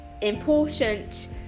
important